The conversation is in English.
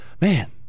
man